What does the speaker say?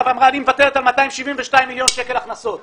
ואמרה שהיא מוותרת על 272 מיליון שקלים הכנסות.